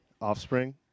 offspring